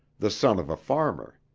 the son of a farmer.